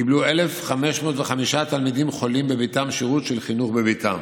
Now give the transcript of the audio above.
קיבלו 1,505 תלמידים חולים שירות של חינוך בביתם.